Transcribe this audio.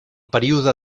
període